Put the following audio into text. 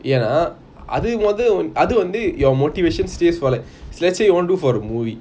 என்ன:enna your motivation stays for like let's say you wanna do for a movie